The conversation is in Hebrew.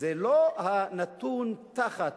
ולא הנתון תחת